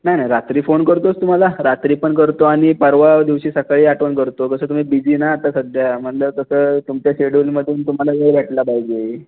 नाही नाही रात्री फोन करतोच तुम्हाला रात्री पण करतो आणि परवा दिवशी सकाळी आठवण करतो कसं तुम्ही बिझी ना आता सध्या म्हटलं तसं तुमच्या शेडूलमधून तुम्हाला वेळ भेटला पाहिजे